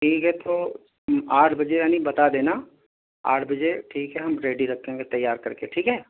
ٹھیک ہے تو آٹھ بجے یعنی بتا دینا آٹھ بجے ٹھیک ہے ہم ریڈی رکھیں گے تیار کر کے ٹھیک ہے